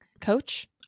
coach